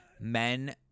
men